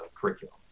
curriculum